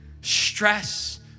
Stress